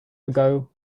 ago